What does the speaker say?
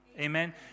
Amen